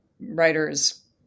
writers